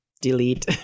Delete